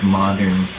modern